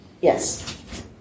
Yes